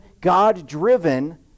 God-driven